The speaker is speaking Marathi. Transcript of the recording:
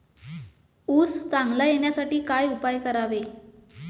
ऊस चांगला येण्यासाठी काय उपाय करावे?